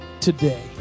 today